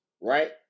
right